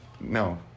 No